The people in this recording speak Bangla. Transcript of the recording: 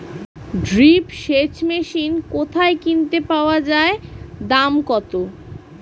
ড্রিপ সেচ মেশিন কোথায় কিনতে পাওয়া যায় দাম কত?